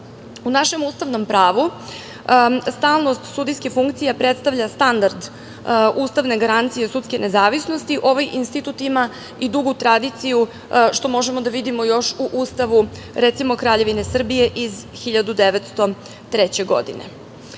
našem ustavnom pravu stalnost sudijske funkcije predstavlja standard ustavne garancije sudske nezavisnost. Ovaj institut ima i dugu tradiciju, što možemo da vidimo još u Ustavu, recimo, Kraljevine Srbije iz 1903. godine. Došli